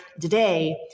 Today